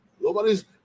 Nobody's